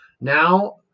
Now